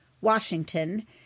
Washington